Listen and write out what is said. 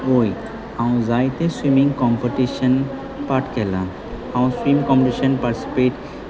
हय हांव जायते स्विमींग कॉम्पिटिशन पार्ट केलां हांव स्विम कॉम्पिटिशन पार्टिसिपेट